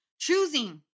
Choosing